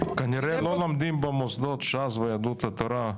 כנראה לא לומדים במוסדות ש"ס ויהדות התורה: